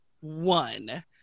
One